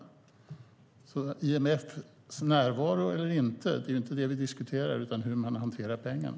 Det är inte IMF:s närvaro eller inte som vi diskuterar utan hur man hanterar pengarna.